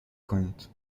کنید